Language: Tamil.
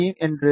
பியும் என்று